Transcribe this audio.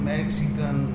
Mexican